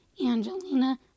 Angelina